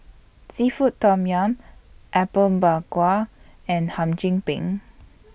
Seafood Tom Yum Apom Berkuah and Hum Chim Peng